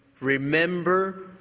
remember